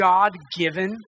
God-given